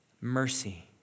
mercy